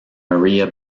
maria